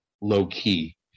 low-key